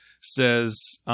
says –